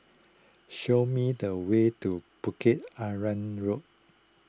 show me the way to Bukit Arang Road